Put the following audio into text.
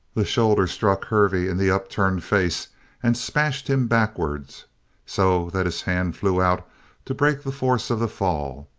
the shoulder struck hervey in the upturned face and smashed him backwards so that his hand flew out to break the force of the fall,